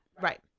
Right